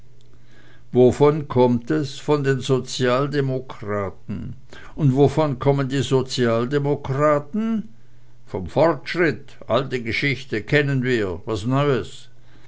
wovon kommt es von den sozialdemokraten und wovon kommen die sozialdemokraten vom fortschritt alte geschichte kennen wir was neues